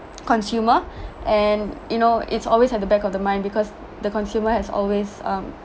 consumer and you know it's always at the back of the mind because the consumer has always um